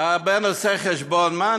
הבן עושה חשבון: מה,